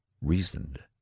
reasoned